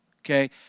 Okay